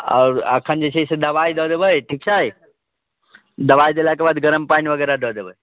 आओर एखन जे छै से दबाइ दऽ देबै ठीक छै दबाइ देलाके बाद गरम पानि वगैरह दऽ देबै